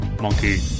Monkey